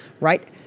Right